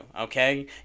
okay